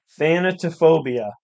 Thanatophobia